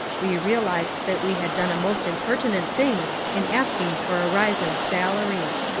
we realised that we had done a most impertinent thing in ask ing for a rise in salary.